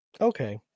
Okay